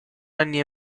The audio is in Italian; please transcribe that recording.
anni